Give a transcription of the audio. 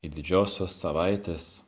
į didžiosios savaitės